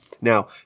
Now